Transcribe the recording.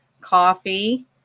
coffee